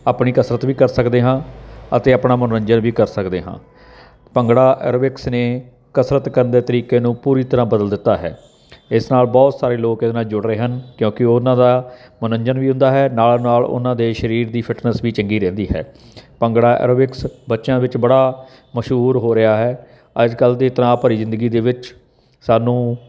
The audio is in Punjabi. ਆਪਣੀ ਕਸਰਤ ਵੀ ਕਰ ਸਕਦੇ ਹਾਂ ਅਤੇ ਆਪਣਾ ਮਨੋਰੰਜਨ ਵੀ ਕਰ ਸਕਦੇ ਹਾਂ ਭੰਗੜਾ ਐਰੋਬਿਕਸ ਨੇ ਕਸਰਤ ਕਰਨ ਦੇ ਤਰੀਕੇ ਨੂੰ ਪੂਰੀ ਤਰ੍ਹਾਂ ਬਦਲ ਦਿੱਤਾ ਹੈ ਇਸ ਨਾਲ ਬਹੁਤ ਸਾਰੇ ਲੋਕ ਇਹਦੇ ਨਾਲ ਜੁੜ ਰਹੇ ਹਨ ਕਿਉਂਕਿ ਉਹਨਾਂ ਦਾ ਮੰਨੋਰੰਜਨ ਵੀ ਹੁੰਦਾ ਹੈ ਨਾਲ ਨਾਲ ਉਹਨਾਂ ਦੇ ਸਰੀਰ ਦੀ ਫਿਟਨੈਸ ਵੀ ਚੰਗੀ ਰਹਿੰਦੀ ਹੈ ਭੰਗੜਾ ਐਰੋਬਿਕਸ ਬੱਚਿਆਂ ਵਿੱਚ ਬੜਾ ਮਸ਼ਹੂਰ ਹੋ ਰਿਹਾ ਹੈ ਅੱਜ ਕੱਲ੍ਹ ਦੀ ਤਣਾਅ ਭਰੀ ਜ਼ਿੰਦਗੀ ਦੇ ਵਿੱਚ ਸਾਨੂੰ